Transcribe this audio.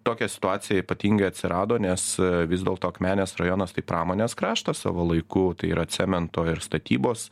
tokia situacija ypatingai atsirado nes vis dėlto akmenės rajonas tai pramonės kraštas savo laiku tai yra cemento ir statybos